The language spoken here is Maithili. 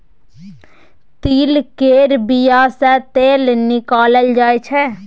तिल केर बिया सँ तेल निकालल जाय छै